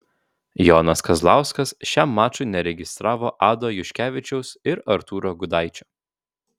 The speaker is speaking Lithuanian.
jonas kazlauskas šiam mačui neregistravo ado juškevičiaus ir artūro gudaičio